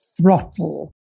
throttle